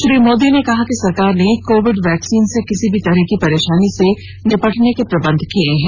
श्री मोदी ने कहा कि सरकार ने कोविड वैक्सीन से किसी भी तरह की परेशानी से निपटने के प्रबंध किए हैं